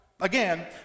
Again